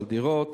על דירות,